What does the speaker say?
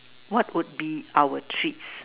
what would be our treats